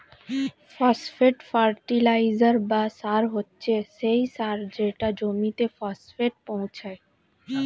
phosphate fertiliser বা সার হচ্ছে সেই সার যেটা জমিতে ফসফেট পৌঁছায়